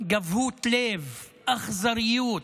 גבהות לב, אכזריות,